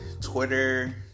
Twitter